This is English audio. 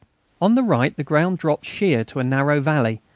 on the right the ground dropped sheer to a narrow valley,